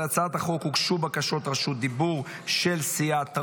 להצעת החוק הוגשו בקשות רשות דיבור של סיעת רע"מ.